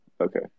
okay